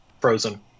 frozen